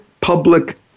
public